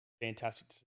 fantastic